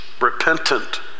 repentant